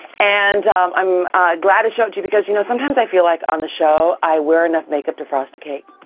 and i'm glad to show it to you because you know, sometimes i feel like on the show i wear enough makeup to frost a cake.